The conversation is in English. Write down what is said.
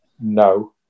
No